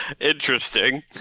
Interesting